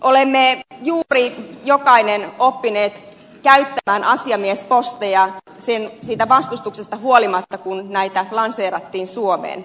olemme juuri jokainen oppineet käyttämään asiamiesposteja siitä vastustuksesta huolimatta kun näitä lanseerattiin suomeen